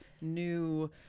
new